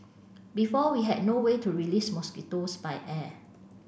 before we had no way to release mosquitoes by air